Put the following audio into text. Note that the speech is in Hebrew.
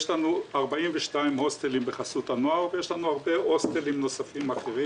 יש לנו 42 הוסטלים בחסות הנוער ועוד הרבה הוסטלים אחרים.